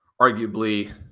arguably